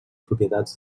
propietats